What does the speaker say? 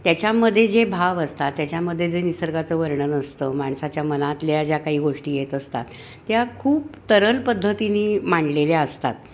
त्याच्यामध्ये जे भाव असतात त्याच्यामध्ये जे निसर्गाचं वर्णन असतं माणसाच्या मनातल्या ज्या काही गोष्टी येत असतात त्या खूप तरल पद्धतीने मांडलेल्या असतात